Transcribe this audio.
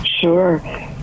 Sure